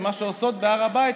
מה שהן עושות בהר הבית,